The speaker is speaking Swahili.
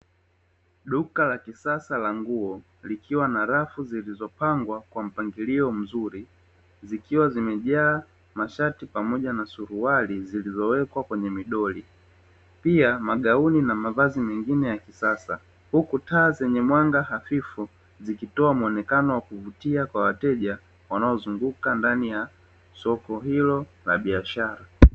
Duka la kisasa la nguo likiwa na rafu zilizopangwa kwa mpangilio mzuri, zikiwa zimejaa mashati pamoja na suruali zilizowekwa kwenye midoli pia magauni na mavazi mengine ya kisasa, huku taa zenye mwanga hafifu zikitoa muonekano wa kuvutia kwa wateja wanaozunguka ndani ya soko hilo la biashara.